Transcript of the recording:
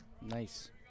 Nice